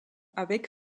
avec